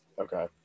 Okay